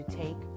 take